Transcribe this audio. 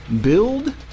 build